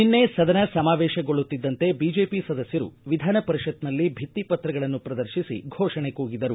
ನಿನ್ನೆ ಸದನ ಸಮಾವೇಶಗೊಳ್ಳುತ್ತಿದ್ದಂತೆ ಬಿಜೆಪಿ ಸದಸ್ಕರು ವಿಧಾನ ಪರಿಷತ್ತಿನಲ್ಲಿ ಭಿತ್ತಿ ಪತ್ರಗಳನ್ನು ಪ್ರದರ್ಶಿಸಿ ಘೋಷಣೆ ಕೂಗಿದರು